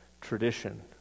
tradition